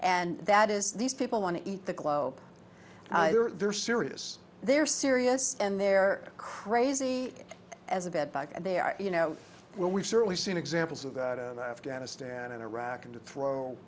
and that is these people want to eat the globe they're serious they're serious and they're crazy as a bed back and they are you know well we certainly seen examples of afghanistan and iraq and the